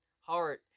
heart